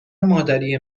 مادری